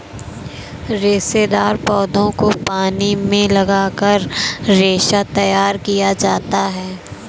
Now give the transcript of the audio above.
रेशेदार पौधों को पानी में गलाकर रेशा तैयार किया जाता है